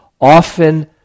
Often